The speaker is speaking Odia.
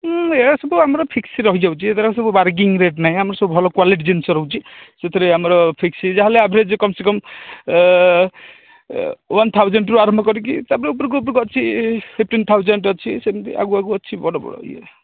ହଁ ଏସବୁ ଆମର ଫିକ୍ସ ରହୁଛି ଏଥିରେ ବାର୍ଗିଙ୍ଗ ରେଟ୍ ନାହିଁ ଆମର ସବୁ ଭଲ କ୍ୱାଲିଟି ଜିନିଷ ରହୁଛି ସେଥିରେ ଆମର ଫିକ୍ସ ଯାହାହେଲେ ଆଭରେଜ୍ କମ ସେ କମ ୱାନ ଥାଉଜେଣ୍ଡରୁ ଆରମ୍ଭ କରିକି ସବୁ ଉପରକୁ ଉପରକୁ ଅଛି ଫିପ୍ଟିନ୍ ଥାଉଜେଣ୍ଡ ଅଛି ସେମିତି ଆଗକୁ ଆଗକୁ ଅଛି ବଡ଼ ବଡ଼ ଇଏ